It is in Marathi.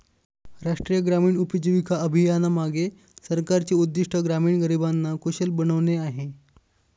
राष्ट्रीय ग्रामीण उपजीविका अभियानामागे सरकारचे उद्दिष्ट ग्रामीण गरिबांना कुशल बनवणे आहे